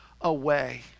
away